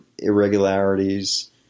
Irregularities